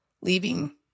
leaving